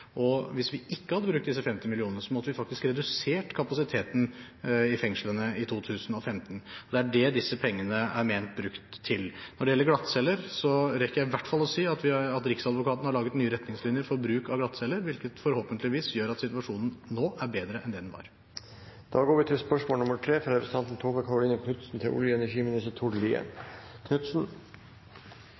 Hvis vi ikke hadde brukt disse 50 mill. kr, måtte vi ha redusert kapasiteten i fengslene i 2015. Det er det disse pengene er ment brukt til. Når det gjelder glattceller, rekker jeg i hvert fall å si at Riksadvokaten har laget nye retningslinjer for bruk av glattceller, hvilket forhåpentligvis gjør at situasjonen nå er bedre enn det den var. «NRK viste nylig et intervju med et ungt par fra Kåfjord i Troms som har etablert seg som geitebønder med nytt hus og